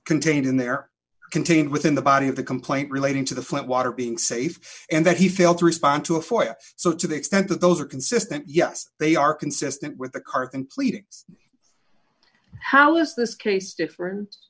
contained in there contained within the body of the complaint relating to the flint water being safe and that he failed to respond to a foil so to the extent that those are consistent yes they are consistent with the car completing how is this case differen